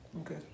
okay